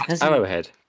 Arrowhead